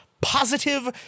positive